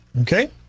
Okay